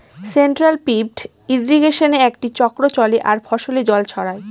central pivot ইর্রিগেশনে একটি চক্র চলে আর ফসলে জল ছড়ায়